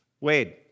Wade